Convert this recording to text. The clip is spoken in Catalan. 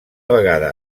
vegada